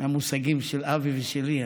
מהמושגים של אבי ושלי,